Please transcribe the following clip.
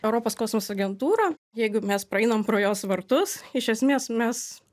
europos kosmoso agentūra jeigu mes praeinam pro jos vartus iš esmės mes